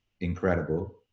incredible